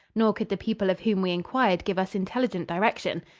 nor could the people of whom we inquired give us intelligent direction.